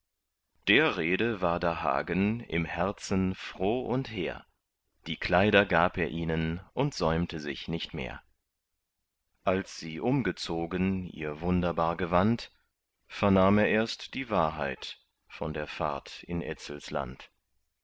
der rede war da hagen im herzen froh und hehr die kleider gab er ihnen und säumte sich nicht mehr als sie umgezogen ihr wunderbar gewand vernahm er erst die wahrheit von der fahrt in etzels land